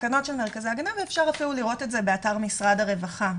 --- בתקנות של מרכזי ההגנה ואפשר אפילו לראות את זה באתר משרד הרווחה,